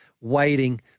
waiting